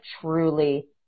truly